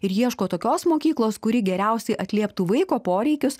ir ieško tokios mokyklos kuri geriausiai atlieptų vaiko poreikius